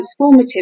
transformative